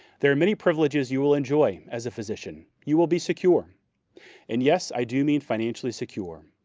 there are many privileges you will enjoy as a physician. you will be secure and, yes, i do mean financially secure.